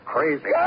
Crazy